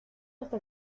hasta